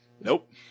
Nope